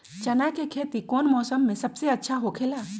चाना के खेती कौन मौसम में सबसे अच्छा होखेला?